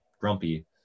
grumpy